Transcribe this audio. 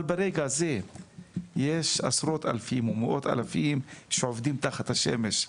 אבל ברגע הזה יש עשרות אלפים ומאות אלפים שעובדים תחת השמש,